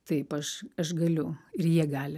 taip aš aš galiu ir jie gali